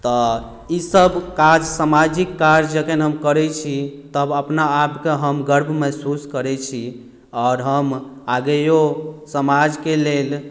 तऽ ई सब काज सामाजिक काज जखन हम करै छी तब अपना आपकेँ हम गर्व महसूस करै छी आओर हम आगेयो समाजके लेल